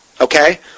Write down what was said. Okay